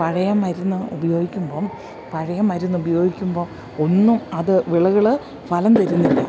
പഴയ മരുന്ന് ഉപയോഗിക്കുമ്പം പഴയ മരുന്ന് ഉപയോഗിക്കുമ്പം ഒന്നും അത് വിളകള് ഫലം തരുന്നില്ല